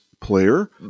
player